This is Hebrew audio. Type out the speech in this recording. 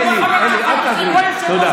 אלי, תודה.